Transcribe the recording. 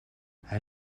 hij